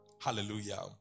Hallelujah